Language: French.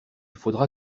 faudra